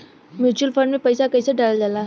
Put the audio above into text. Mutual fund मे पईसा कइसे डालल जाला?